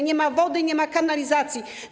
Nie ma wody, nie ma kanalizacji.